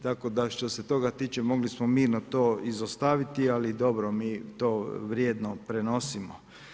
Tako da što se toga tiče mogli smo mirno to izostaviti ali dobro mi to vrijedno prenosimo.